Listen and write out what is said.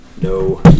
No